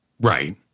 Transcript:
Right